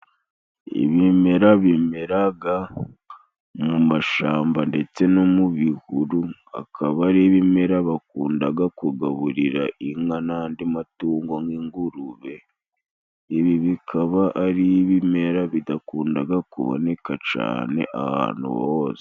Ibimera bimeraga mu mashamba ndetse no mu bihuru, akaba ari ibimera bakundaga kugaburira inka n'andi matungo nk'ingurube, ibi bikaba ari ibimera bidakundaga kuboneka cane ahantu hose.